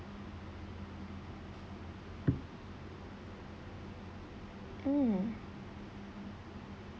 mm